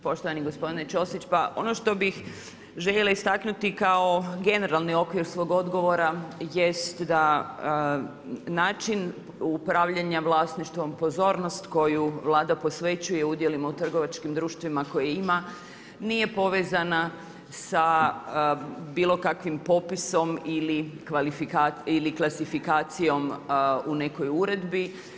Poštovani gospodine Ćosić, pa ono što bi željela istaknuti kao generalni okvir svog odgovora jest da način upravljanja vlasništvom, pozornost koju Vlada posvećuje udjelima u trgovačkim društvima koje ima, nije povezana sa bilokakvim popisima ili klasifikacijom u nekoj uredbi.